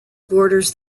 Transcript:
borders